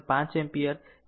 5 ampere 1